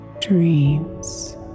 dreams